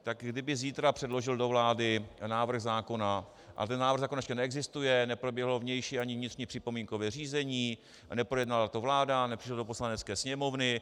Tak kdyby zítra předložil do vlády návrh zákona, a ten návrh zákona ještě neexistuje, neproběhlo vnější ani vnitřní připomínkové řízení, neprojednala to vláda, nepřišlo to do Poslanecké sněmovny.